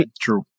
True